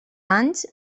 anys